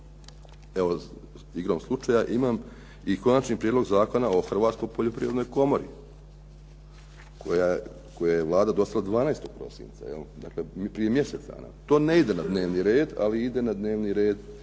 evo igrom slučaja imam i Konačni prijedlog Zakona o Hrvatskoj poljoprivrednoj komori, koje je vlada dostavila 12. prosinca. Dakle, prije mjesec dana. To ne ide na dnevni red, ali ide na dnevni red